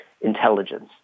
intelligence